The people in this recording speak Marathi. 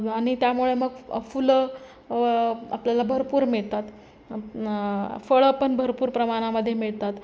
आणि त्यामुळे मग फुलं आपल्याला भरपूर मिळतात फळं पण भरपूर प्रमाणामध्ये मिळतात